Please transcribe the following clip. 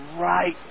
right